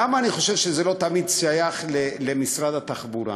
למה אני חושב שזה לא תמיד שייך למשרד התחבורה?